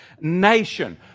nation